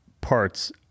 parts